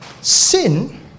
Sin